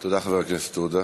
תודה, חבר הכנסת עודה.